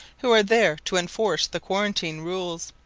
who are there to enforce the quarantine rules.